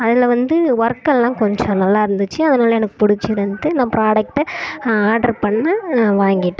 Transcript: அதில் வந்து ஒர்க்கெல்லாம் கொஞ்சம் நல்லாயிருந்துச்சி அதனால எனக்கு பிடிச்சிருந்துது நான் ப்ராடக்டை ஆட்ரு பண்ணிணேன் வாங்கிட்டேன்